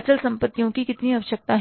अचल संपत्तियों की कितनी आवश्यकता है